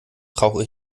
brauche